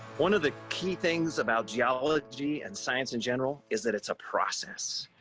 one of the key things about geology and science in general is that it's a process.